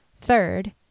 Third